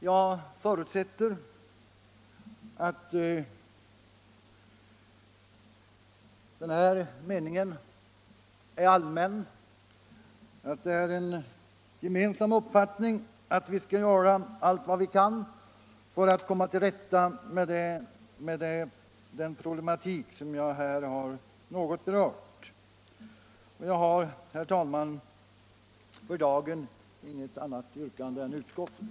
Jag förutsätter att den meningen är allmän och att det är en gemensam uppfattning att vi skall göra allt vad vi kan för att komma till rätta med den problematik som jag här något har berört, och jag har för dagen inget annat yrkande än utskottets.